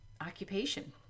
occupation